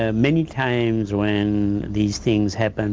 ah many times when these things happen